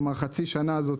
כלומר בחצי השנה הזאת,